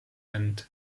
end